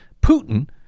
Putin